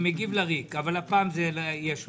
ומגיב לריק אבל הפעם זה יהיה שונה.